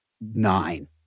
nine